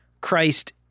Christ